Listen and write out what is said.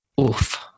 oof